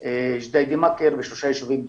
ג'דיידה מכר ושלושה ישובים דרוזים.